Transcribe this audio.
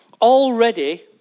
Already